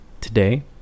today